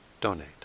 donate